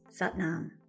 Satnam